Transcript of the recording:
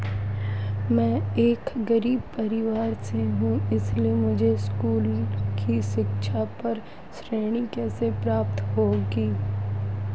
मैं एक गरीब परिवार से हूं इसलिए मुझे स्कूली शिक्षा पर ऋण कैसे प्राप्त होगा?